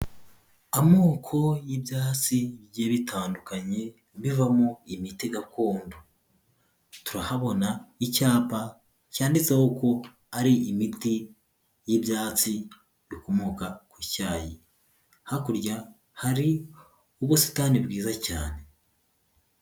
Amoko y'ibyatsi bigiye bitandukanye bivamo imiti gakondo, turahabona icyapa cyanditseho ko ari imiti y'ibyatsi bikomoka ku cyayi, hakurya hari ubusitani bwiza cyane.